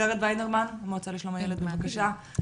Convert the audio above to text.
ורד וינדמן, המועצה לשלום הילד, בבקשה.